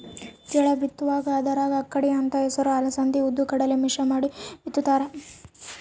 ಜೋಳ ಬಿತ್ತುವಾಗ ಅದರಾಗ ಅಕ್ಕಡಿ ಅಂತ ಹೆಸರು ಅಲಸಂದಿ ಉದ್ದು ಕಡಲೆ ಮಿಶ್ರ ಮಾಡಿ ಬಿತ್ತುತ್ತಾರ